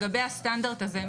לגבי הסטנדרט הזה,